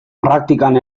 praktikan